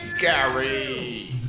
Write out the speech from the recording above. Gary